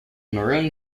maroon